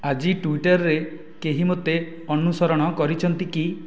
ଆଜି ଟୁଇଟରରେ କେହି ମୋତେ ଅନୁସରଣ କରିଛନ୍ତି କି